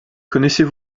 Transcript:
connaissez